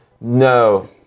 No